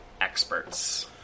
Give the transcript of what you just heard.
experts